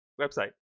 website